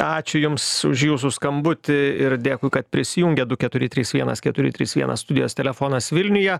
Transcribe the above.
ačiū jums už jūsų skambutį ir dėkui kad prisijungėt du keturi trys vienas keturi trys vienas studijos telefonas vilniuje